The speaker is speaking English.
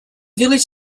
village